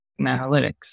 analytics